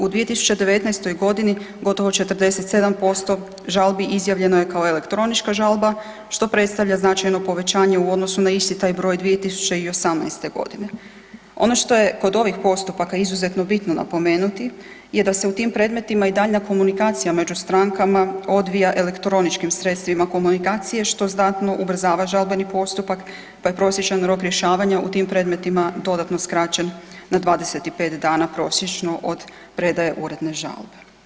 U 2019.g. gotovo 47% žalbi izjavljeno je kao elektronička žalba, što predstavlja značajno povećanje u odnosu na isti taj broj 2018.g. Ono što je kod ovih postupaka izuzetno bitno napomenuti je da se u tim predmetima i daljnja komunikacija među strankama odvija elektroničkim sredstvima komunikacije što znatno ubrzava žalbeni postupak pa je prosječan rok rješavanja u tim predmetima dodatno skraćen na 25 dana prosječno od predaje uredne žalbe.